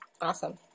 Awesome